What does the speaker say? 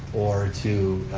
or to